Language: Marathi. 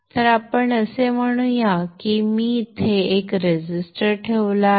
तर आपण असे म्हणू की मी येथे एक रेझिस्टर ठेवला आहे